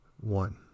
one